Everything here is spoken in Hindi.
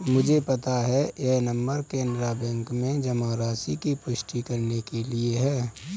मुझे पता है यह नंबर कैनरा बैंक में जमा राशि की पुष्टि करने के लिए है